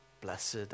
Blessed